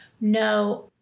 No